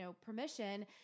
permission